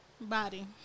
Body